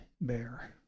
bear